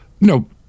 no